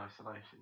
isolation